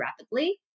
rapidly